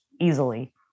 easily